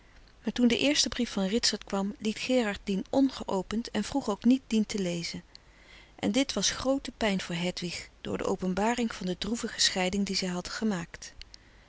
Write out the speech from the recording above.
maar toen de eerste brief van ritsert kwam liet gerard dien ongeopend en vroeg ook niet dien te lezen en dit was groote pijn voor hedwig door de openbaring van de droevige scheiding die zij had gemaakt